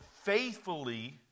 faithfully